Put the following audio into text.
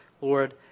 Lord